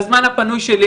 בזמן הפנוי שלי,